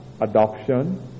adoption